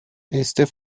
este